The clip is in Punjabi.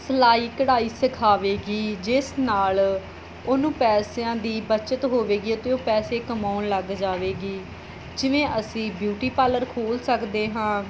ਸਿਲਾਈ ਕਢਾਈ ਸਿਖਾਵੇਗੀ ਜਿਸ ਨਾਲ ਉਹਨੂੰ ਪੈਸਿਆਂ ਦੀ ਬਚਤ ਹੋਵੇਗੀ ਅਤੇ ਉਹ ਪੈਸੇ ਕਮਾਉਣ ਲੱਗ ਜਾਵੇਗੀ ਜਿਵੇਂ ਅਸੀਂ ਬਿਊਟੀ ਪਾਰਲਰ ਖੋਲ੍ਹ ਸਕਦੇ ਹਾਂ